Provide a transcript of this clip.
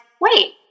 wait